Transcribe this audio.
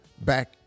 back